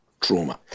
trauma